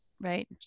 Right